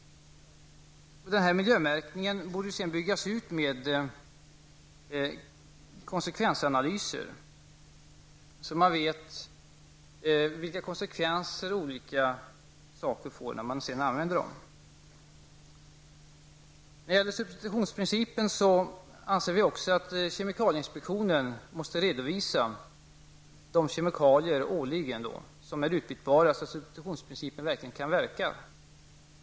Miljömärkningen borde sedan byggas ut med konsekvensanalyser, så att man vet vilka konsekvenser olika varor och produkter får när man använder dem. När det gäller substitutionsprincipen anser vi också att kemikalieinspektionen årligen måste redovisa de kemikalier som är utbytbara, så att substitutionsprincipen verkligen kan fungera.